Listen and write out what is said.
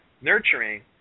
nurturing